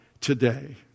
today